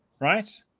right